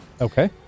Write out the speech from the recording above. Okay